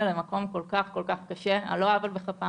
למקום כל כך כל כך קשה על לא עוול בכפם?